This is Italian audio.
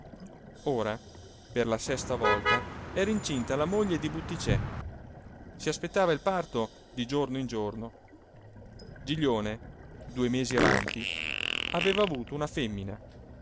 ora per la sesta volta era incinta la moglie di butticè si aspettava il parto di giorno in giorno giglione due mesi avanti aveva avuto una femmina